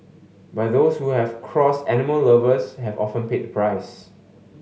but those who have crossed animal lovers have often paid the price